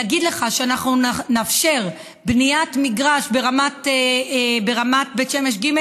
להגיד לך שאנחנו נאפשר בניית מגרש ברמת בית שמש ג'?